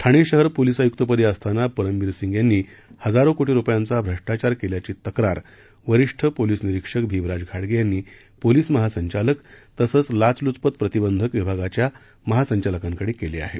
ठाणे शहर पोलिस आय्क्तपदी असताना परमबीर सिंग यांनी हजारो कोटी रुपयांचा भ्रष्टाचार केल्याची तक्रार वरीष्ठ पोलीस निरीक्षक भिमराज घाडगे यांनी पोलिस महासंचालक तसंच लाचलूचपत प्रतिबंधक विभागाच्या महासंचालकांकडे केली आहे